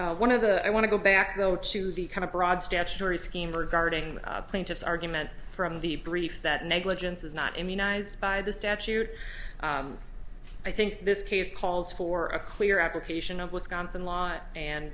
agency one of the i want to go back though to the kind of broad statutory scheme regarding the plaintiff's argument from the brief that negligence is not immunized by the statute i think this case calls for a clear application of wisconsin law and